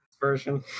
version